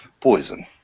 poison